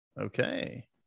Okay